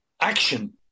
action